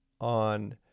on